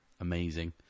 amazing